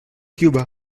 cuba